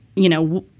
you know,